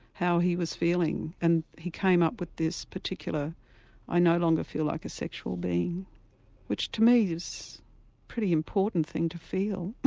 how he was feeling and he came up with this particular i no longer feel like a sexual being which to me is a pretty important thing to feel,